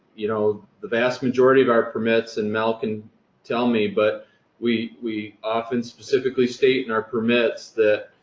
you know the vast majority of our permits and mel can tell me but we we often specifically state in our permits that